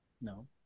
No